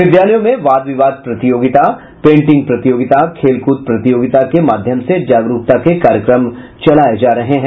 विद्यालयों में वाद विवाद प्रतियोगिता पेंटिंग प्रतियोगिता खेल कूद प्रतियोगिता के माध्यम से जागरूकता के कार्यक्रम चलाये जा रहे हैं